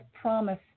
promise